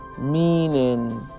meaning